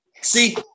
see